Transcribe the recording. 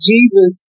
Jesus